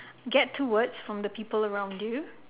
get two words from the people around you